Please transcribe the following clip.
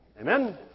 Amen